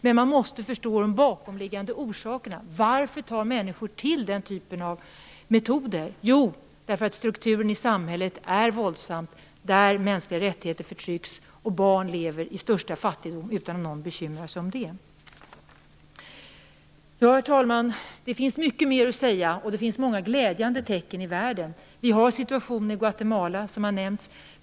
Men man måste förstå de bakomliggande orsakerna. Varför tar människor till den typen av metoder? Jo, därför att strukturen är våldsam i ett samhälle där mänskliga rättigheter förtrycks och barn lever i största fattigdom utan att någon bekymrar sig om det. Herr talman! Det finns mycket mer att säga, och det finns många glädjande tecken i världen. Situationen i Guatemala har nämnts.